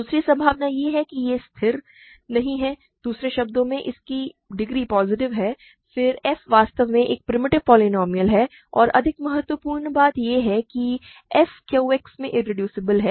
दूसरी संभावना यह है कि यह स्थिर नहीं है दूसरे शब्दों में इसकी डिग्री पॉजिटिव है फिर f वास्तव में एक प्रिमिटिव पोलीनोमिअल है और अधिक महत्वपूर्ण बात यह है कि f Q X में इरेड्यूसिबल है